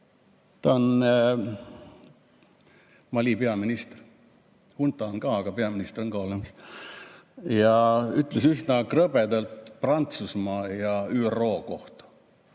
ta on Mali peaminister, hunta on ka, aga peaminister on ka olemas – ütles üsna krõbedalt Prantsusmaa ja ÜRO kohta,